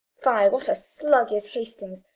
what a slug is hastings,